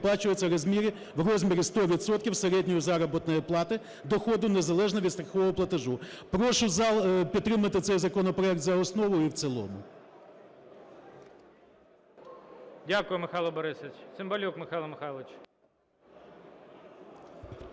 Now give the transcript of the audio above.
виплачується в розмірі 100 відсотків середньої заробітної плати (доходу) незалежно від страхового платежу." Прошу зал підтримати цей законопроект за основу і в цілому. ГОЛОВУЮЧИЙ. Дякую, Михайло Борисович. Цимбалюк Михайло Михайлович.